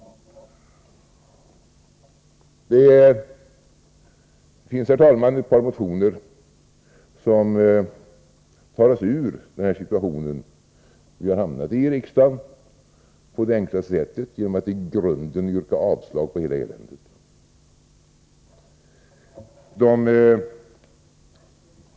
Det finns, herr talman, ett par motioner som tar oss ur den situation vi har hamnat i här i riksdagen på det enkla sättet att i grunden yrka avslag på hela eländet.